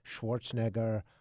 Schwarzenegger